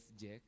Jack